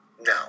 no